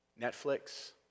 Netflix